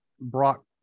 Brock